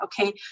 okay